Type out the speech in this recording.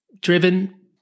driven